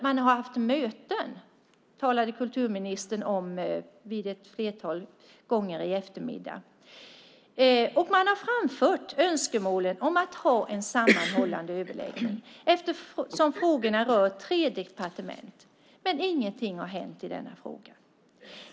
Man har haft möten, talade kulturministern om vid ett flertal tillfällen i eftermiddag, och man har framfört önskemålen om att ha en sammanhållande överläggning eftersom frågorna rör tre departement. Men ingenting har hänt i denna fråga.